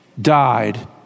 died